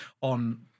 on